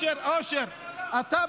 חמאס הוא ארגון טרור?